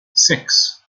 six